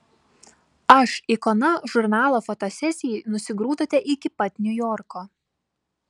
aš ikona žurnalo fotosesijai nusigrūdote iki pat niujorko